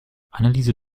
anneliese